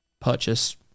purchase